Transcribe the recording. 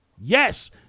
Yes